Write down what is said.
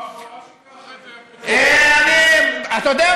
לא פחות ממך, אבל אל תיקח את זה אתה יודע מה?